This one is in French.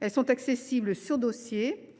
Accessibles sur dossier